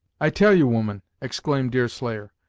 i tell you, woman, exclaimed deerslayer,